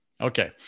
Okay